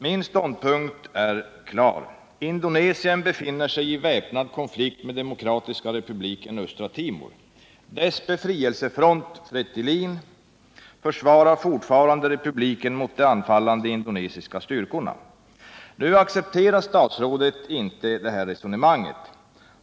Min ståndpunkt är klar: Indonesien befinner sig i väpnad konflikt med Demokratiska republiken Östra Timor. Dess befrielsefront Fretilin försvarar fortfarande republiken mot de anfallande indonesiska styrkorna. Statsrådet accepterar inte detta resonemang.